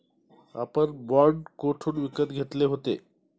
आपण बाँड कोठून विकत घेतले होते?